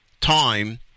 time